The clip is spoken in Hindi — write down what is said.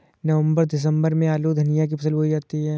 नवम्बर दिसम्बर में आलू धनिया की फसल बोई जाती है?